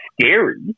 scary